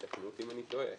תקנו אותי אם אני טועה.